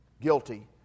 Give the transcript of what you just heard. guilty